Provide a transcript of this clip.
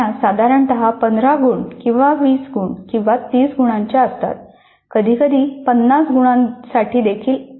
चाचण्या साधारणत 15 गुण किंवा 20 गुण किंवा 30 गुणांच्या असतात कधीकधी 50 गुणांसाठी देखील